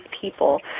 people